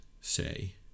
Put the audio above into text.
say